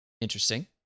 Interesting